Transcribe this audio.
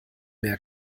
mehr